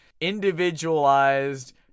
individualized